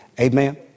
Amen